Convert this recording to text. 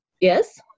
yes